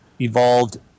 evolved